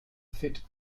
fit